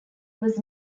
was